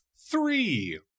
Three